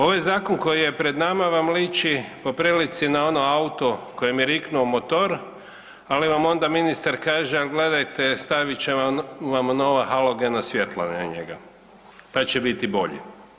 Ovaj zakon koji je pred nama vam liči po prilici na ono auto kojem je riknuo motor, ali vam onda ministar kaže ali gledajte stavit će vam nova halogena svjetla na njega pa će biti bolji.